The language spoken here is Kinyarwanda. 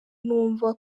numva